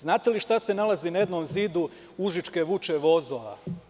Da li znate šta se nalazi na jednom zidu užičke vuče vozova?